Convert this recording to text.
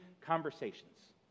conversations